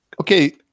Okay